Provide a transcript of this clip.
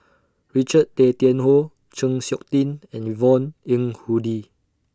Richard Tay Tian Hoe Chng Seok Tin and Yvonne Ng Uhde